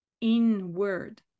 inward